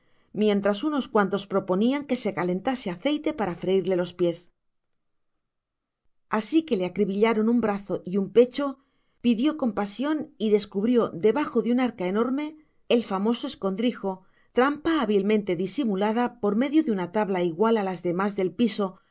mientras unos cuantos proponían que se calentase aceite para freírle los pies así que le acribillaron un brazo y un pecho pidió compasión y descubrió debajo de un arca enorme el famoso escondrijo trampa hábilmente disimulada por medio de una tabla igual a las demás del piso